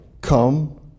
come